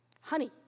honey